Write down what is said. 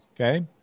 Okay